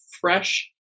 fresh